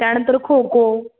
त्यानंतर खो खो